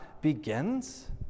begins